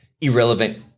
irrelevant